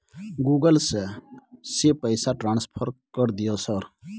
Google से से पैसा ट्रांसफर कर दिय सर?